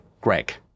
greg